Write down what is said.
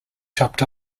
chopped